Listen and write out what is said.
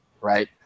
right